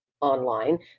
online